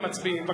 ומצביעים.